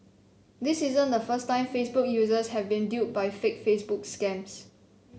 this isn't the first time Facebook users have been duped by fake Facebook scams